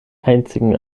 einzigen